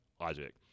logic